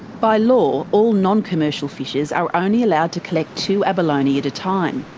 by law, all non-commercial fishers are only allowed to collect two abalone at a time.